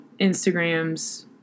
instagrams